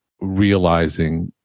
realizing